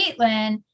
Caitlin